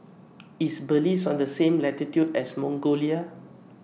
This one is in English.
IS Belize on The same latitude as Mongolia